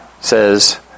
says